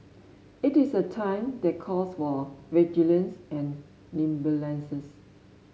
it is a time that calls for vigilance and